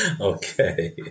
Okay